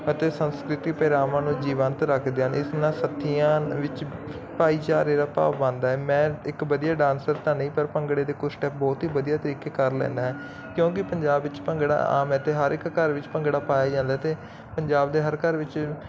ਅਤੇ ਸੰਸਕ੍ਰਿਤੀ ਪਿਰਾਵਾਂ ਨੂੰ ਜੀਵੰਤ ਰੱਖਦੇ ਹਨ ਇਸ ਨਾਲ ਸਤੀਆਂ ਵਿੱਚ ਭਾਈਚਾਰੇ ਦਾ ਭਾਵ ਬੰਦ ਹੈ ਮੈਂ ਇੱਕ ਵਧੀਆ ਡਾਂਸਰ ਤਾਂ ਨਹੀਂ ਪਰ ਭੰਗੜੇ ਦੇ ਕੁਛ ਸਟੈਪ ਬਹੁਤ ਹੀ ਵਧੀਆ ਤਰੀਕੇ ਕਰ ਲੈਂਦਾ ਕਿਉਂਕਿ ਪੰਜਾਬ ਵਿੱਚ ਭੰਗੜਾ ਆਮ ਹ ਤੇ ਹਰ ਇੱਕ ਘਰ ਵਿੱਚ ਭੰਗੜਾ ਪਾਇਆ ਜਾਂਦਾ ਤੇ ਪੰਜਾਬ ਦੇ ਹਰ ਘਰ ਵਿੱਚ